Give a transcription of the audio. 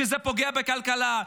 שזה פוגע בכלכלה,